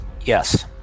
Yes